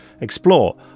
explore